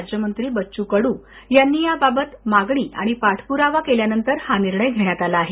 राज्यमंत्री बच्चू कडू यांनी याबाबत मागणी आणि पाठपुरावा केल्यानंतर हा निर्णय घेण्यात आला आहे